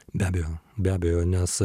be abejo be abejo nes